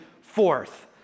forth